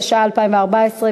התשע"ה 2014,